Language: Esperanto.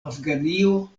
afganio